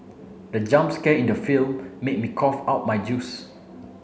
the jump scare in the film made me cough out my juice